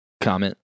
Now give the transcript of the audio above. comment